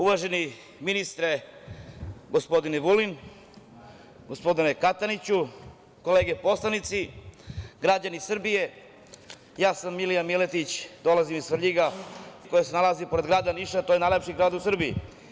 Uvaženi ministre, gospodine Vulin, gospodine Kataniću, kolege poslanici, građani Srbije ja sam Milija Miletić, dolazim iz Svrljiga, to je najlepša opština u Srbiji koja se nalazi pored grada Niša, a to je najlepši grad u Srbiji.